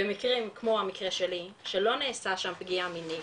במקרה כמו המקרה שלי, שלא נעשה שם פגיעה מינית,